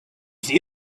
see